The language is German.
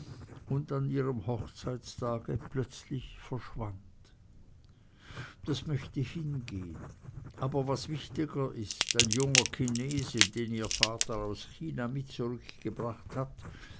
und an ihrem hochzeitstage plötzlich verschwand das möchte hingehn aber was wichtiger ist ein junger chinese den ihr vater aus china mit zurückgebracht hatte